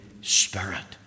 Spirit